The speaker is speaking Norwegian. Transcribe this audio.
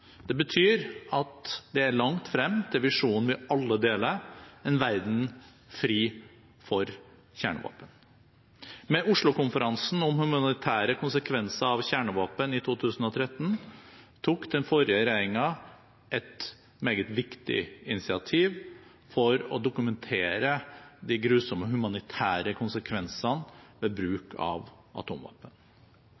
Det betyr at det er langt frem til visjonen vi alle deler: en verden fri for kjernevåpen. Med Oslo-konferansen om humanitære konsekvenser av kjernevåpen i 2013 tok den forrige regjeringen et meget viktig initiativ for å dokumentere de grusomme humanitære konsekvensene ved